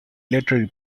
literary